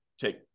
take